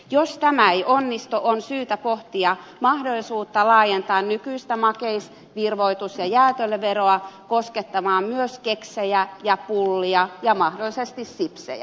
jos tämä ei onnistu on syytä pohtia mahdollisuutta laajentaa nykyisiä makeis virvoitusjuoma ja jäätelöveroja koskettamaan myös keksejä ja pullia ja mahdollisesti sipsejä